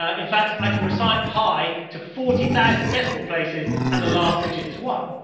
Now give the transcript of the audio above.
ah in fact, i can recite pi to forty thousand decimal places, and the last digit is one.